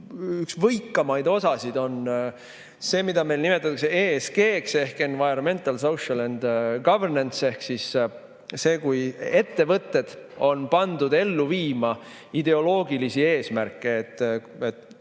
üks võikamaid osasid on see, mida meil nimetatakse ESG-ks, see onenvironmental, social, and [corporate] governanceehk see, kui ettevõtted on pandud ellu viima ideoloogilisi eesmärke.